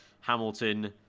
Hamilton